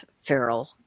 feral